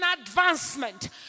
advancement